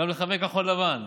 גם לחברי כחול לבן: